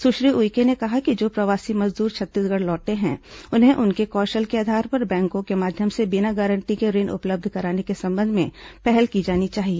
सुश्री उइके ने कहा कि जो प्रवासी मजदूर छत्तीसगढ़ लौटे हैं उन्हें उनके कौशल के आधार पर बैंकों के माध्यम से बिना गारंटी के ऋण उपलब्ध कराने के संबंध में पहल की जानी चाहिए